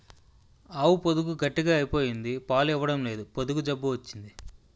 ఆవు పొదుగు గట్టిగ అయిపోయింది పాలు ఇవ్వడంలేదు పొదుగు జబ్బు వచ్చింది